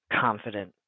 confident